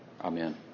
Amen